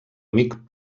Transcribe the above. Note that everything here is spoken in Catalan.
amic